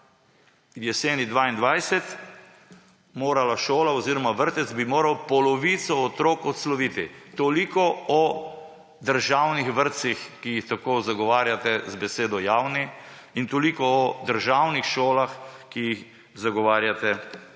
jeseni leta 2022 šola oziroma vrtec polovico otrok odsloviti. Toliko o državnih vrtcih, ki jih tako zagovarjate z besedo javni, in toliko o državnih šolah, ki jih zagovarjate z